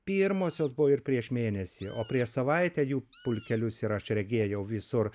pirmosios buvo ir prieš mėnesį o prieš savaitę jų pulkelius ir aš regėjau visur